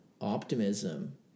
optimism